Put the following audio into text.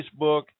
Facebook